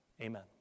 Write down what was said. Amen